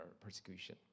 persecution